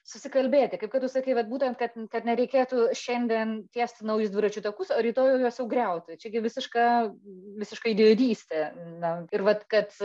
susikalbėti kaip kad tu sakai vat būtent kad kad nereikėtų šiandien tiest naujus dviračių takus o rytoj jau juos jau griauti čiagi visiška visiška idiotystė na ir vat kad